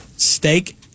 Steak